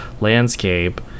landscape